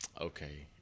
okay